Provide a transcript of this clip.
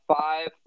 five